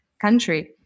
country